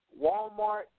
Walmart